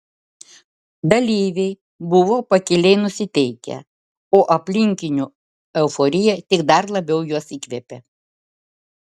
dalyviai buvo pakiliai nusiteikę o aplinkinių euforija tik dar labiau juos įkvėpė